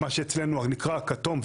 מה שאצלנו נקרא הכתום,